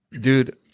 dude